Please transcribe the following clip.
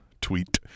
tweet